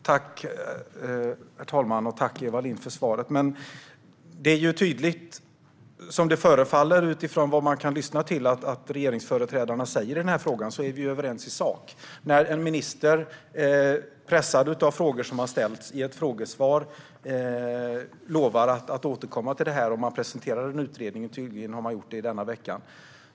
Herr talman! Jag tackar Eva Lindh för svaret. Utifrån vad regeringsföreträdarna säger i denna fråga är det tydligt att vi är överens i sak. När ministern pressas av frågor som har ställts lovar han i sitt frågesvar att återkomma, och tydligen har man presenterat en utredning denna vecka.